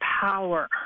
power